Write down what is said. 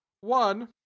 one